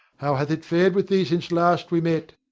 how hath it fared with thee since last we met?